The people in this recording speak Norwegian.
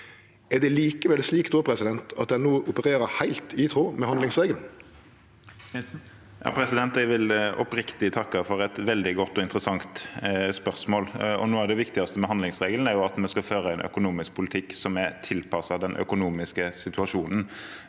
Er det likevel slik at ein no opererer heilt i tråd med handlingsregelen? Eigil Knutsen (A) Jeg vil oppriktig takke for et veldig godt og interessant spørsmål. Noe av det viktigste med handlingsregelen er at vi skal føre en økonomisk politikk som er tilpasset den økonomiske situasjonen.